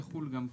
יחול גם כאן.